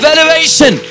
Elevation